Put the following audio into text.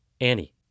Annie